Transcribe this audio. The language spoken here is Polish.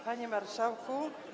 Panie Marszałku!